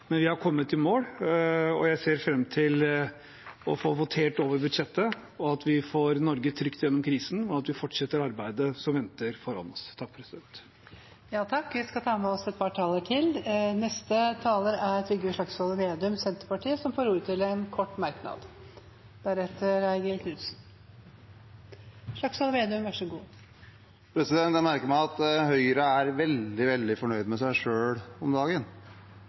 Men vi har kommet i mål. Jeg ser fram til å få votert over budsjettet, at vi får Norge trygt gjennom krisen, og at vi fortsetter arbeidet som venter foran oss. Trygve Slagsvold Vedum har hatt ordet to ganger tidligere i debatten og får ordet til en kort merknad, begrenset til 1 minutt. Jeg merker meg at Høyre er veldig fornøyd med seg selv om dagen